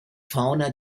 fauna